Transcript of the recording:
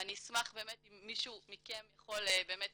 ואני אשמח באמת אם מישהו מכם יכול באמת